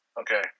Okay